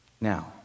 Now